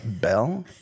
bell